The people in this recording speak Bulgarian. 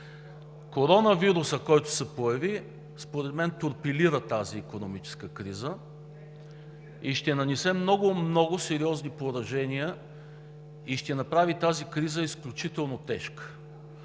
Коронавирусът, който се появи, според мен торпилира тази икономическа криза, ще нанесе много, много сериозни поражения и ще направи тази криза изключително тежка.